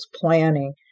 planning